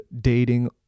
dating